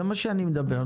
זה מה שאני מדבר.